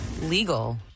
Legal